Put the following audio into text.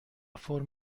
فرم